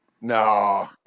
No